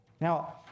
Now